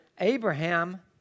Abraham